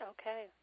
Okay